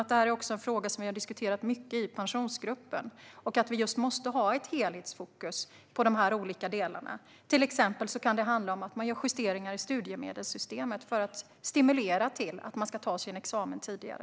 Det är också en fråga som vi har diskuterat mycket i Pensionsgruppen. Vi måste ha helhetsfokus på de olika delarna. Det kan till exempel handla om justeringar i studiemedelssystemet, för att stimulera till att ta examen tidigare.